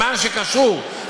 סימן שזה קשור.